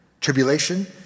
tribulation